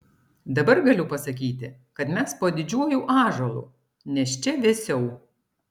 dabar galiu pasakyti kad mes po didžiuoju ąžuolu nes čia vėsiau